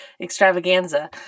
extravaganza